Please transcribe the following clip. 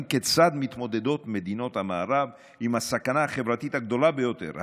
כיצד מתמודדות מדינות המערב עם הסכנה החברתית הגדולה ביותר,